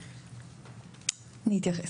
נתייחס.